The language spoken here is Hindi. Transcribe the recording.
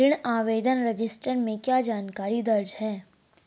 ऋण आवेदन रजिस्टर में क्या जानकारी दर्ज है?